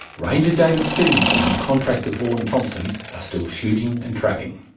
ranger david stephenson and contractor vaughn thomson are still shooting and trapping.